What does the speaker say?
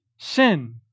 sin